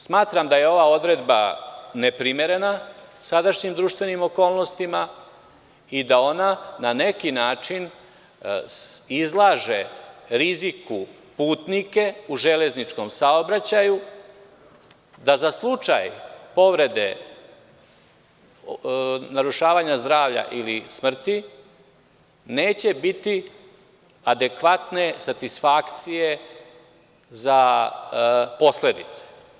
Smatram da je ova odredba neprimereno sadašnjim društvenim okolnostima i da ona na neki način izlaže riziku putnike u železničkom saobraćaju da za slučaj povrede, narušavanje zdravlja ili smrti neće biti adekvatne satisfakcije za posledice.